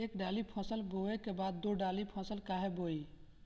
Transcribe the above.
एक दाली फसल के बाद दो डाली फसल काहे बोई?